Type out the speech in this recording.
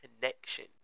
connection